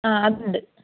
ആ അതുണ്ട്